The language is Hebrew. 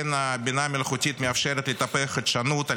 הבינה המלאכותית מאפשרת לטפח חדשנות על